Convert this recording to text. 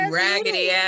raggedy